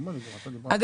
לשמחתנו,